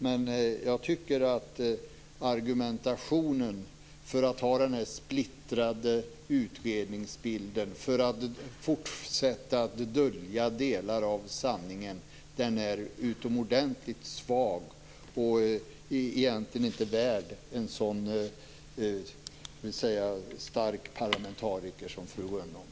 Men jag tycker att argumentationen för att ha den här splittrade utredningsbilden och därmed fortsätta att dölja delar av sanningen är utomordentligt svag och egentligen ovärdig en stark parlamentariker som fru Rönnung.